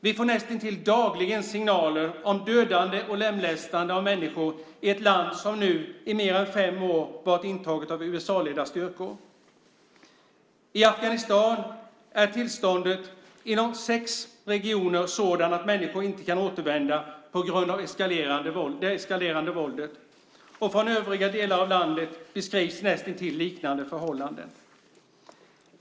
Vi får näst intill dagligen signaler om dödande och lemlästande av människor i ett land som nu i mer än fem år varit intaget av USA-ledda styrkor. I Afghanistan är tillståndet inom sex regioner sådant att människor inte kan återvända på grund av det eskalerande våldet. Från övriga delar av landet beskrivs näst intill liknande förhållanden.